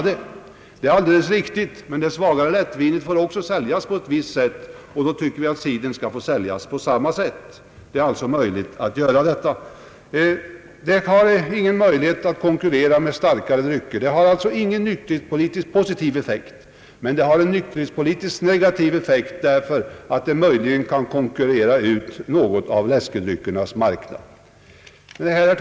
Detta är alldeles riktigt, men det svagare lättvinet får endast säljas i viss ordning, och då tycker vi att cider skall säljas på samma sätt, vilket redan är möjligt. Cider har ingen möj lighet att konkurrera med starkare drycker. Den har ingen positiv nykterhetspolitisk effekt. Men den har en negativ nykterhetspolitisk effekt eftersom den möjligen kan konkurrera ut läskedryckerna från någon del av deras marknad.